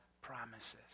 promises